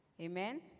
Amen